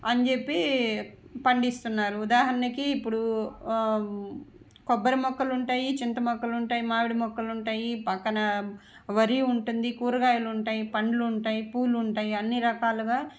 అని చెప్పి పండిస్తున్నారు ఉదాహరణకి ఇప్పుడు కొబ్బరి మొక్కలు ఉంటాయి చింత మొక్కలు ఉంటాయి మామిడి మొక్కలు ఉంటాయి పక్కన వరి ఉంటుంది కూరగాయలు ఉంటాయి పండ్లు ఉంటాయి పువ్వులు ఉంటాయి అన్నీ రకాలుగా